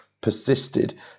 persisted